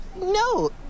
No